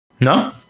No